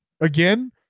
again